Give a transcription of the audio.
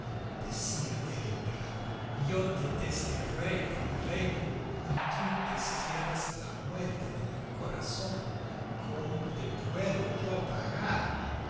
decía el emperador yo te desterré de mi reino y tú destierras a la muerte de mi corazón cómo te puedo yo pagar